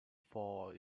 for